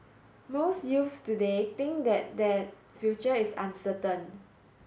most youths today think that their future is uncertain